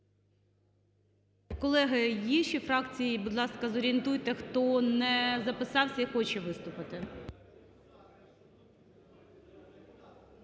Колеги, є ще фракції, будь ласка, зорієнтуйте, хто не записався і хоче виступити.